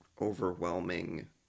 overwhelming